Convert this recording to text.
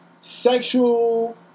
sexual